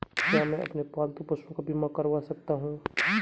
क्या मैं अपने पालतू पशुओं का बीमा करवा सकता हूं?